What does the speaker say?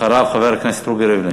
אחריו, חבר הכנסת רובי ריבלין.